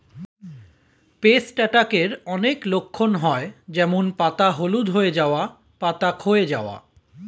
paste অ্যাটাকের অনেক লক্ষণ হয় যেমন পাতা হলুদ হয়ে যাওয়া, পাতা ক্ষয় যাওয়া